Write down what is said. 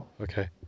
Okay